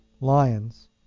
Lions